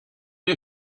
you